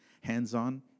hands-on